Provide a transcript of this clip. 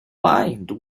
mind